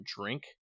drink